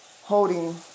holding